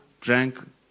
drank